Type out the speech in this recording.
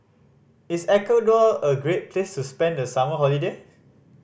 is Ecuador a great place to spend the summer holiday